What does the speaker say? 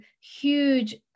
huge